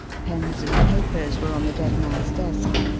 pens and papers were on the dead man's desk.